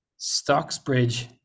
Stocksbridge